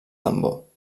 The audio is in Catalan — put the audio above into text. tambor